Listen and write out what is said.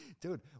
dude